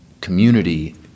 community